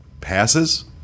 passes